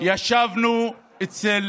ישבנו אצל